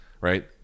right